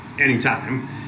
anytime